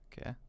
Okay